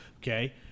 Okay